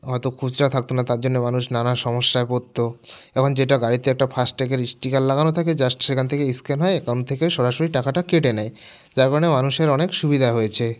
হয়তো খুচরা থাকতো না তার জন্যে মানুষ নানা সমস্যাই পড়তো এবং যেটা গাড়িতে একটা ফাস্ট ট্যাগের স্টিকার লাগানো থাকে জাস্ট সেখান থেকে স্ক্যান হয়ে অ্যাকাউন্ট থেকে সরাসরি টাকাটা কেটে নেয় যার কারণে মানুষের অনেক সুবিধা হয়েছে